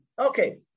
Okay